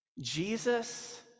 Jesus